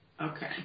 Okay